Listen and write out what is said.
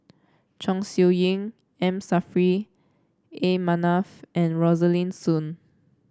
Chong Siew Ying M Saffri A Manaf and Rosaline Soon